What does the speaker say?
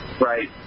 Right